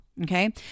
okay